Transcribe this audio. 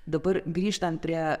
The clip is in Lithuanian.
dabar grįžtant prie